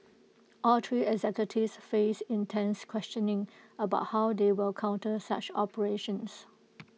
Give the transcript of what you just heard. all three executives face intense questioning about how they will counter such operations